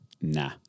nah